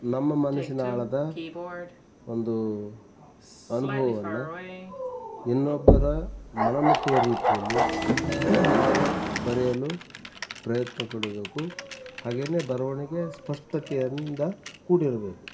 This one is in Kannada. ನಮ್ಮ ಮನಸ್ಸಿನ ಆಳದ ಒಂದು ಅನುಭವವನ್ನು ಇನ್ನೊಬ್ಬರ ಮನಮುಟ್ಟುವ ರೀತಿಯಲ್ಲಿ ನಾವು ಬರೆಯಲು ಪ್ರಯತ್ನಪಡಬೇಕು ಹಾಗೇ ಬರವಣ್ಗೆ ಸ್ಪಷ್ಟತೆಯಂದ ಕೂಡಿರಬೇಕು